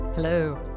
Hello